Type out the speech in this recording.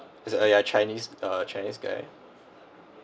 it's uh yeah a chinese a chinese guy